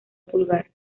pulgar